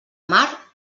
mar